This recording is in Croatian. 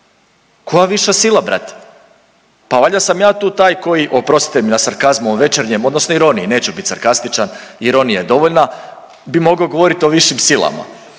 Koja viša sila brate? Pa valjda sam ja tu taj koji, oprostite mi na sarkazmu večernjem odnosno ironiji, neću biti sarkastičan, ironija je dovoljna, bi mogao govoriti o višim silama.